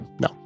no